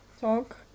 talk